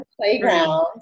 playground